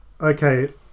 okay